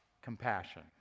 Compassion